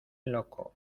loco